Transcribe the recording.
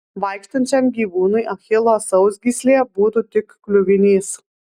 vaikštančiam gyvūnui achilo sausgyslė būtų tik kliuvinys